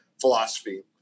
philosophy